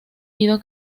ido